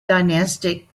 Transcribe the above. dynastic